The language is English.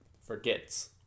forgets